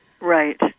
Right